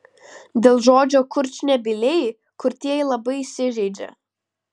dėl žodžio kurčnebyliai kurtieji labai įsižeidžia